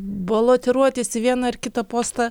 balotiruotis į vieną ar kitą postą